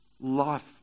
life